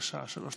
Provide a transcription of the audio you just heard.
בבקשה, שלוש דקות.